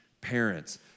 parents